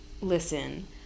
listen